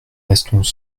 restons